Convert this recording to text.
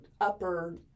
upper